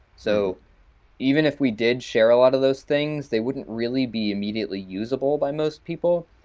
so even if we did share a lot of those things, they wouldn't really be immediately usable by most people.